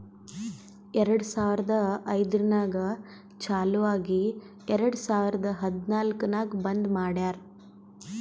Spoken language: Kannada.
ಎರಡು ಸಾವಿರದ ಐಯ್ದರ್ನಾಗ್ ಚಾಲು ಆಗಿ ಎರೆಡ್ ಸಾವಿರದ ಹದನಾಲ್ಕ್ ನಾಗ್ ಬಂದ್ ಮಾಡ್ಯಾರ್